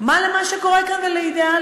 מה למה שקורה כאן ולאידיאלים?